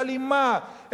אלימה,